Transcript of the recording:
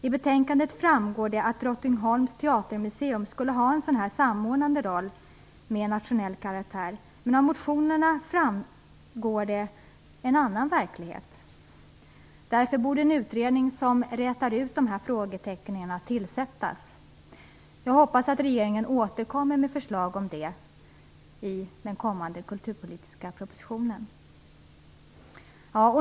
I betänkandet framgår det att Drottningholms teatermuseum skulle ha en samordnande roll med nationell karaktär. Men av motionerna framgår en annan verklighet. Därför borde en utredning som rätar ut dessa frågetecken tillsättas. Jag hoppas att regeringen återkommer med förslag om det i den kommande kulturpolitiska propositionen.